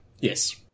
Yes